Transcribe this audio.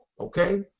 Okay